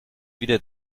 wieder